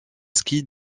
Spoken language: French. ski